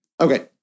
Okay